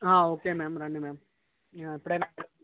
ఆ okay ma'am రండి ma'am ఎప్పుడైనా